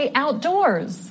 outdoors